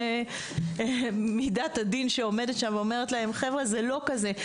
כי מידת הדין שעומדת שם ואומרת להם חבר'ה זה לא כזה.